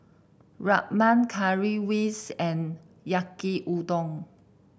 Rajma Currywurst and Yaki Udon